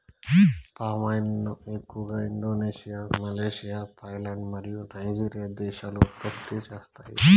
palm oil ను ఎక్కువగా Indonesia, Malaysia, Thailand మరియు నైజీరియా దేశాలు ఉత్పత్తి చేస్తాయి